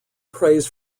praise